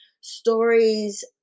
stories